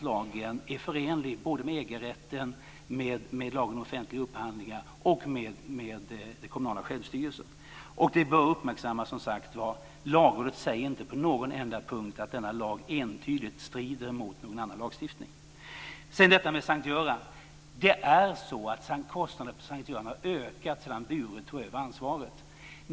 Lagen är förenlig med EG-rätten, med lagen om offentlig upphandling och med den kommunala självstyrelsen. Det bör uppmärksammas att Lagrådet inte på en enda punkt säger att denna lag entydigt strider mot någon annan lagstiftning. Kostnaderna för S:t Göran har ökat sedan Bure tog över ansvaret.